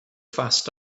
fast